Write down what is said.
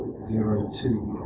zero two.